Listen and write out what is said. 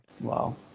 Wow